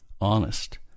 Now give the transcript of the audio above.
honest